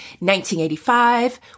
1985